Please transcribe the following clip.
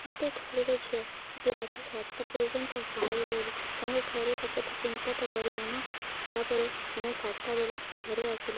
ଗୋଟେ ଘରର ଝିଅ ଯଦି ରାତି ସାତଟା ପର୍ଯ୍ୟନ୍ତ ବାହାରେ ରହିବ ତାଙ୍କ ଘରେ ଲୋକ ତ ଚିନ୍ତା ତ କରିବେ ନା ତା'ପରେ ଆମେ ସାତଟା ବେଳେ ଘରେ ଆସିଲୁ